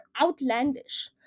outlandish